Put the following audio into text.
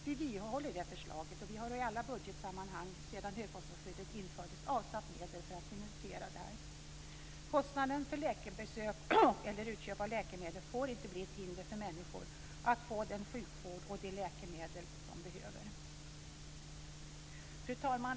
Vi vidhåller det förslaget, och vi har i alla budgetsammanhang sedan högkostnadsskyddet infördes avsatt medel för att finansiera detta. Kostnaden för läkarbesök eller utköp av läkemedel får inte bli ett hinder för människor att få den sjukvård och de läkemedel de behöver. Fru talman!